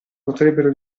potrebbero